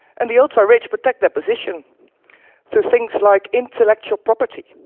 and the ultra-rich protect their position through things like intellectual property.